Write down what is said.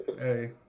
Hey